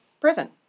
prison